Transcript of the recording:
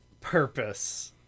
purpose